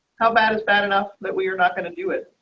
how bad is bad enough that we are not going to do it.